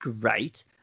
great